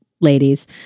ladies